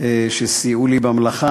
שסייעו לי במלאכה.